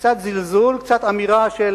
קצת זלזול, קצת אמירה של